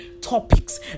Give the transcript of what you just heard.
topics